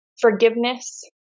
forgiveness